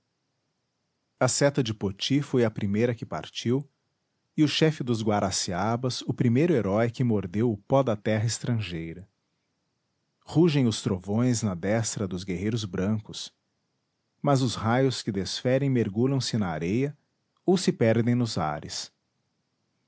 a seta de poti foi a primeira que partiu e o chefe dos guaraciabas o primeiro herói que mordeu o pó da terra estrangeira rugem os trovões na destra dos guerreiros brancos mas os raios que desferem mergulham se na areia ou se perdem nos ares